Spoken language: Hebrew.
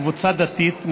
קבוצה דתית,